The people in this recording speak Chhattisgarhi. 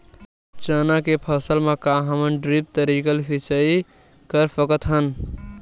चना के फसल म का हमन ड्रिप तरीका ले सिचाई कर सकत हन?